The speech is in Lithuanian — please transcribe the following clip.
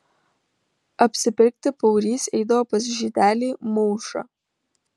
apsipirkti paurys eidavo pas žydelį maušą